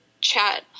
chat